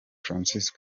francis